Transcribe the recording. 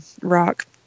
rock